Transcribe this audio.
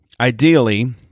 ideally